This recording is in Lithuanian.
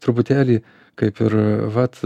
truputėlį kaip ir vat